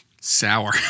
Sour